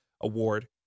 award